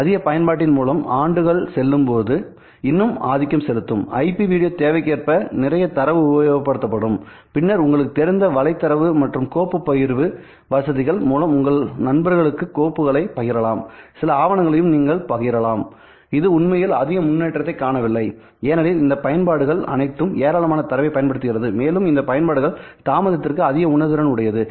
அதிக பயன்பாட்டின் மூலம் ஆண்டுகள் செல்லும்போது அது இன்னும் ஆதிக்கம் செலுத்தும் ஐபி வீடியோ தேவைக்கேற்ப நிறைய தரவு உபயோகப்படுத்தப்படும் பின்னர் உங்களுக்குத் தெரிந்த வலைத் தரவு மற்றும் கோப்பு பகிர்வு வசதிகள் மூலம் உங்கள் நண்பர்களுக்கு கோப்புகளைப் பகிரலாம் சில ஆவணங்களையும் நீங்கள் பகிரலாம் இது உண்மையில் அதிக முன்னேற்றத்தைக் காணவில்லைஏனெனில் இந்த பயன்பாடுகள் அனைத்தும் ஏராளமான தரவைப் பயன்படுத்துகிறது மேலும் இந்த பயன்பாடுகள் தாமதத்திற்கு அதிக உணர்திறன் உடையது